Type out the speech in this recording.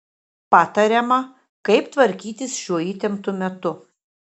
patariama kaip tvarkytis šiuo įtemptu metu